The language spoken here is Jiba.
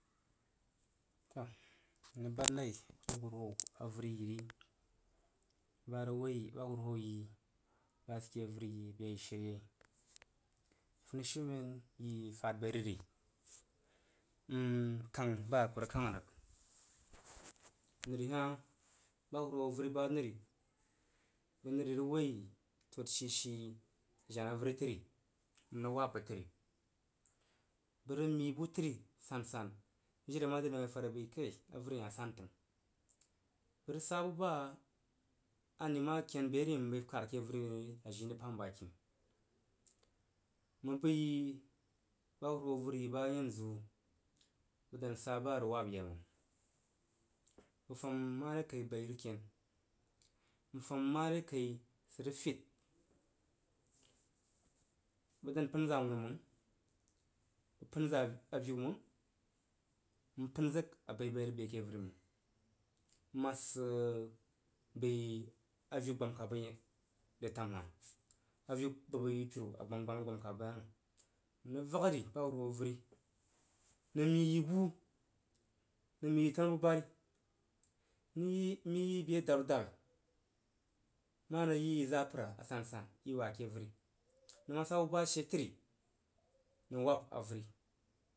Toah irəg bad nəi yiri ba hurhwo avəi'iyiri, bərəg woi bahurwhoi yi ba sid ke avəriyi ri be a ishe yei hah funishiumen yi fad bai rəg ri n kang baa ku rəg kan rəg. Nəri hah baherawo yi ba nəri bəg nəri rəg woi tod shishi jena avən təri n rəg wab bəg təri n rəg mii bu təri sansan jiri a mare ane ma bəi fad rəg bəi kai avəri hah san təng. Bəg rəg ba su ba ani ma ken be rin bəi kad ke avəi bəg ri ajin rəg pam ba kini məng bəiyi ba huruhwoi avəri yiba yanzu bəg dan ɓa ba rəg wab ye məng bəg fam mare kai bai rəg zadu, m fam mara kai rəg fid, n dan pən zəng awunu məng, n pən zəg avin məng, n pən zəg abaibai a rəg bəi ake avəri məng mmasid sid sid bəi avin gbam kab bəg rəg re dam nan. Aviu bəg bəg yiripiru a gbam kab ba nəm. Irəg vag ari bahuru hwo avərii nəng mii yibu ma anəng mii yi tanu bubari nəng mii mii yi be deru dabi ma anəng yiyi zapəradan san iwua ke avəri nəng ma sabu bashe təri nəng wab avəri.